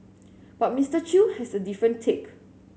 but Mister Chew has a different take